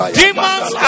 demons